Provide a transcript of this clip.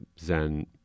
zen